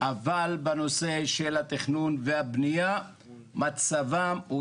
אבל בנושא של התכנון והבניה מצבם הוא